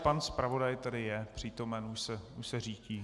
Pan zpravodaj tady je přítomen, už se řítí.